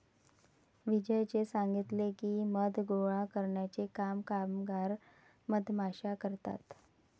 विजयने सांगितले की, मध गोळा करण्याचे काम कामगार मधमाश्या करतात